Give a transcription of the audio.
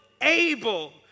able